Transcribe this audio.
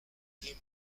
des